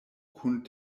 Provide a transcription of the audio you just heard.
kun